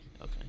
Okay